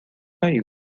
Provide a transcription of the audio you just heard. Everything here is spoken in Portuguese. caiu